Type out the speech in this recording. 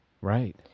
Right